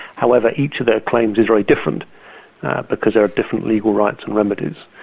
however, each of their claims is very different because there are different legal rights and remedies.